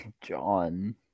John